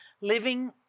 Living